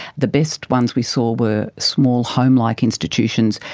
the best ones we saw were small home-like institutions,